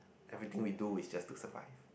everything we do is just to survive